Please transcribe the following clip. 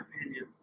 opinion